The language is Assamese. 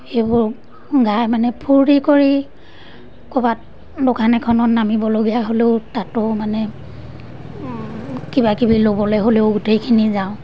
সেইবোৰ গাই মানে ফূৰ্তি কৰি ক'ৰবাত দোকান এখনত নামিবলগীয়া হ'লেও তাতো মানে কিবা কিবি ল'বলৈ হ'লেও গোটেইখিনি যাওঁ